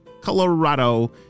colorado